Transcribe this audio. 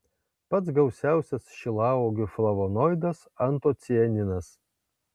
pats gausiausias šilauogių flavonoidas antocianinas